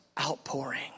outpouring